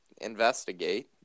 investigate